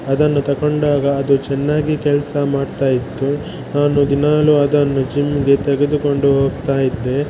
ಅದನ್ನು ತಕೊಂಡಾಗ ಅದು ಚೆನ್ನಾಗಿ ಕೆಲಸ ಮಾಡ್ತಾ ಇತ್ತು ನಾನು ದಿನಾಗಲು ಅದನ್ನು ಜಿಮ್ಗೆ ತೆಗೆದುಕೊಂಡು ಹೋಗ್ತಾಯಿದ್ದೆ